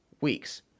weeks